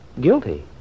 Guilty